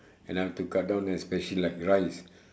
and I have to cut down especially like rice